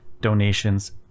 donations